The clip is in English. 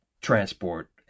transport